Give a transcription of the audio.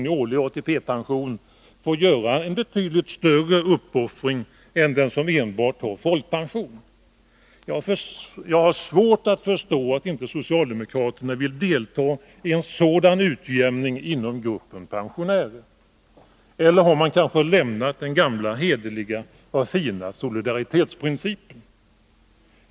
i årlig pension får göra en betydligt större uppoffring än den som enbart har folkpension. Jag har svårt att förstå att inte socialdemokraterna vill delta i en sådan utjämning inom gruppen pensionärer. Eller har man lämnat den gamla hederliga och fina solidaritetsprincipen?